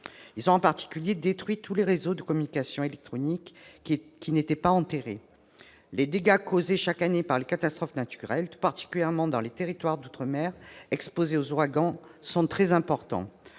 Ils ont, en particulier, détruit tous les réseaux de communications électroniques qui n'étaient pas enterrés. Les dégâts causés chaque année par les catastrophes naturelles, tout particulièrement dans les territoires d'outre-mer exposés aux ouragans, sont très importants.